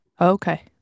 okay